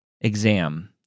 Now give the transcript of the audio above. exam